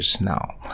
Now